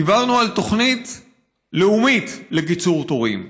דיברנו על תוכנית לאומית לקיצור תורים.